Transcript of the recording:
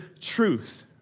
truth